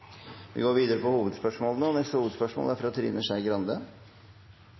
Vi går videre til neste hovedspørsmål – Trine Skei Grande.